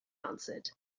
answered